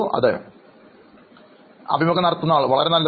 അഭിമുഖം സ്വീകരിക്കുന്നയാൾ അതെ അഭിമുഖം നടത്തുന്നയാൾ വളരെ നല്ലത്